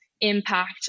impact